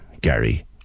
Gary